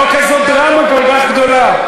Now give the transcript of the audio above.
זאת לא כזאת דרמה, כל כך גדולה.